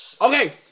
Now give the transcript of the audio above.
Okay